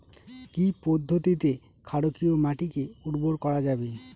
কি পদ্ধতিতে ক্ষারকীয় মাটিকে উর্বর করা যাবে?